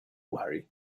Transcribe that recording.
worry